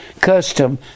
custom